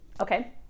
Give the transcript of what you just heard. Okay